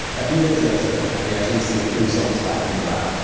a few days later, henrietta received the results back from the lab,